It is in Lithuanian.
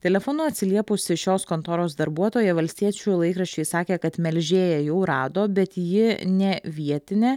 telefonu atsiliepusi šios kontoros darbuotoja valstiečių laikraščiui sakė kad melžėją jau rado bet ji ne vietinė